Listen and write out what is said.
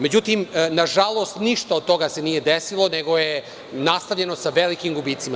Međutim, nažalost ništa od toga se nije desilo nego je nastavljeno sa velikim gubicima.